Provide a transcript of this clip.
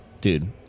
Dude